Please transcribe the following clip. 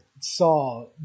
saw